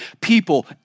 people